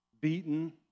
beaten